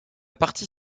partie